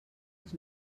les